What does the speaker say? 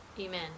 Amen